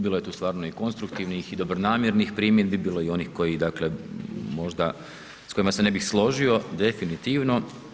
Bilo je tu stvarno i konstruktivnih i dobronamjernih primjedbi, bilo je i onih koji dakle možda s kojima se ne bi složio definitivno.